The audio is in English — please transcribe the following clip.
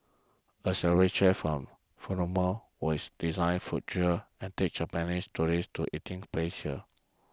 a celebrity chef from always design food trail and take Japanese tourists to eating places